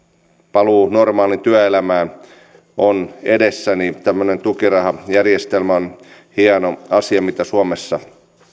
paluu normaaliin työelämään on edessä tämmöinen tukirahajärjestelmä on hieno asia mitä suomessa